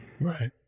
Right